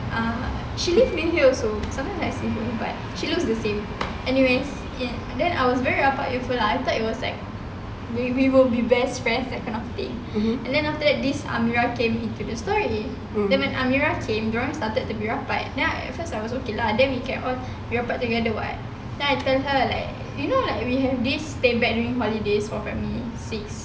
um she live near here also sometimes I see her but she looks the same anyways ya then I was very rapat with her lah I thought it was like we we will be best friends that kind of thing and then after that this amira came into the story then when amira came dorang started to be rapat then at first I was okay lah then we can all rapat together [what] then I tell her like you know we have this stay back during holidays for primary six